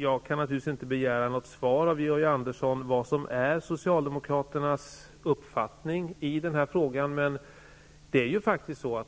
Jag kan naturligtvis inte begära ett svar från Georg Andersson om vad som är socialdemokraternas uppfattning i frågan. Men